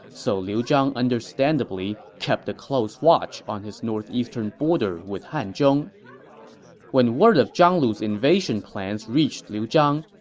so liu zhang understandably kept a close watch on his northeastern border with hanzhong when word of zhang lu's invasion plans reached liu zhang,